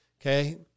Okay